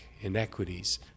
inequities